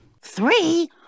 Three